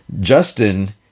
Justin